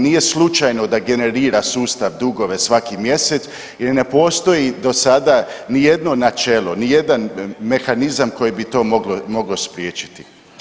Nije slučajno da generira sustav dugove svaki mjesec jer ne postoji do sada nijedno načelo, nijedan mehanizam koji bi to mogao spriječiti.